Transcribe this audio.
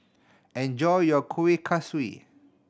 enjoy your Kuih Kaswi